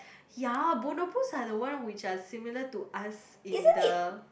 ya bonobos are the one which are similar to us in the